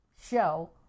show